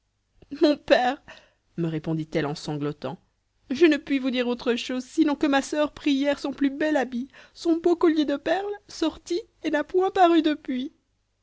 mon père me répondit-elle en sanglotant je ne puis vous dire autre chose sinon que ma soeur prit hier son plus bel habit son beau collier de perles sortit et n'a point paru depuis